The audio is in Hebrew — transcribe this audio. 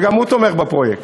וגם הוא תומך בפרויקט.